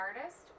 artist